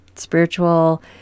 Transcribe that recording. spiritual